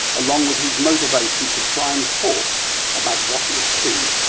along with his motivation to try and talk about what he has seen.